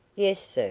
yes sir.